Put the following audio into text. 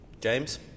James